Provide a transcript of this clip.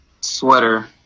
sweater